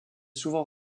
souvent